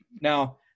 now